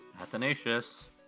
Athanasius